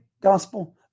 gospel